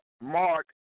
Mark